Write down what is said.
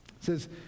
says